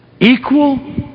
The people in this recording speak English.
equal